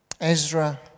Ezra